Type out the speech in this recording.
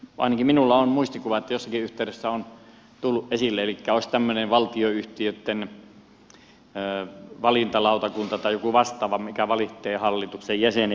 ainakin minulla on muistikuva että jossakin yhteydessä on tullut esille että olisi tämmöinen valtionyhtiöitten valintalautakunta tai joku vastaava mikä vallitsee hallituksen jäsenet